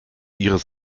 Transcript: ihres